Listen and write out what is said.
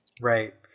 Right